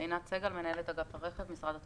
עינת סגל, מנהלת אגף הרכב, משרד התחבורה.